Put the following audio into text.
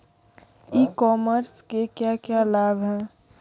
ई commerce के क्या क्या लाभ हैं?